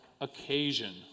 occasion